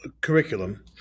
curriculum